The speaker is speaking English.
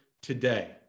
today